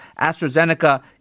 AstraZeneca